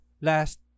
last